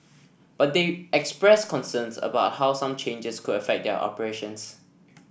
but they expressed concerns about how some changes could affect their operations